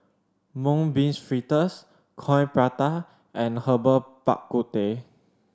Mung Bean Fritters Coin Prata and Herbal Bak Ku Teh